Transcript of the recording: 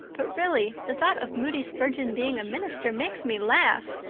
but really the thought of moody spurgeon being a minister makes me laugh.